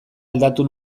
aldatu